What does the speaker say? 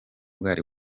bwari